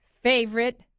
favorite